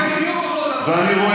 אתה עושה בדיוק אותו דבר,